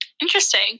Interesting